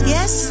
Yes